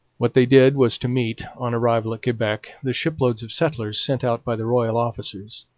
what they did was to meet, on arrival at quebec, the shiploads of settlers sent out by the royal officers.